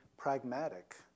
pragmatic